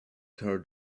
car